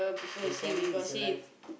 your family is alive